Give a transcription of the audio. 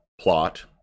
plot